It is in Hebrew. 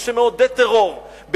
במי שמעודד טרור,